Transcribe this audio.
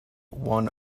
one